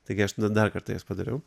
taigi aš tada dar kartą jas padariau